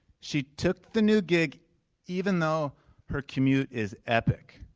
she took the new gig even though her commute is epic.